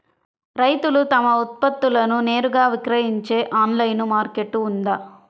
రైతులు తమ ఉత్పత్తులను నేరుగా విక్రయించే ఆన్లైను మార్కెట్ ఉందా?